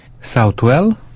Southwell